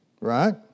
right